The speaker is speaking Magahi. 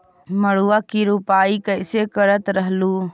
मड़उआ की रोपाई कैसे करत रहलू?